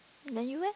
then you eh